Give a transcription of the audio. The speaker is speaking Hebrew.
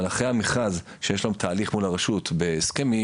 אבל אחרי המכרז שיש להם תהליך מול הרשות בהסכמים,